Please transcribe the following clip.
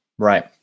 Right